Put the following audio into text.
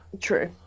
True